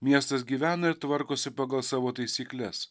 miestas gyvena ir tvarkosi pagal savo taisykles